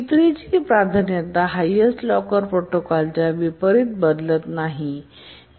T3 ची प्राधान्यता highest locker प्रोटोकॉलच्या विपरीत बदलत नाही